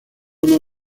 una